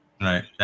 right